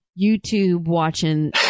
YouTube-watching